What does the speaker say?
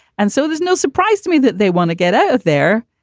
and so there's no surprise to me that they want to get out of there.